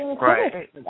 Right